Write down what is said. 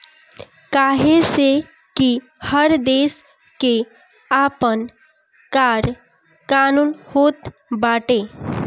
काहे से कि हर देस के आपन कर कानून होत बाटे